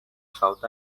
south